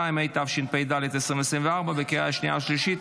52), התשפ"ד 2024, לקריאה שנייה ושלישית.